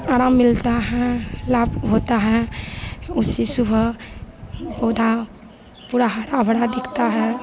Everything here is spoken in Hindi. आराम मिलता है लाभ होता है उसी सुबह पौधा पूरा हराभरा दिखता है